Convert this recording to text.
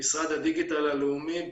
משרד הדיגיטל הלאומי,